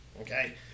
Okay